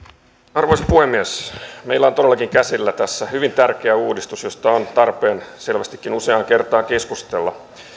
arvoisa puhemies meillä on todellakin käsillä tässä hyvin tärkeä uudistus josta on tarpeen selvästikin useaan kertaan keskustella